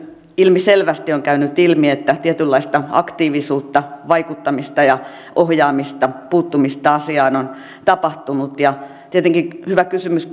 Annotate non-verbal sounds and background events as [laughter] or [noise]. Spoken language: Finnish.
ilmiselvästi on käynyt ilmi että tietynlaista aktiivisuutta vaikuttamista ja ohjaamista puuttumista asiaan on tapahtunut ja tietenkin hyvä kysymys [unintelligible]